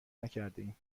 نکردهایم